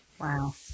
Wow